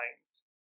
lines